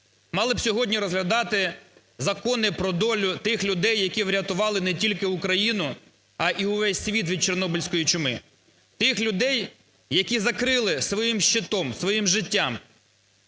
Мали б сьогодні розглядати закони про долю тих людей, які врятували не тільки Україну, а й у весь світ від чорнобильської чуми, тих людей, які закрили своїм щитом, своїм життям